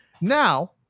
Now